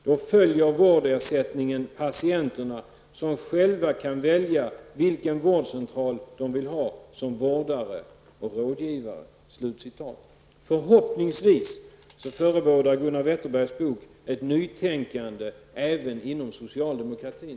Då följer vårdersättningen patienterna, som själva kan välja vilken vårdcentral de vill ha som vårdare och rådgivare.'' Förhoppningsvis förebådar Gunnar Wetterbergs bok ett nytänkande även inom socialdemokratin.